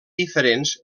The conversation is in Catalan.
diferents